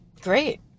Great